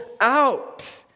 out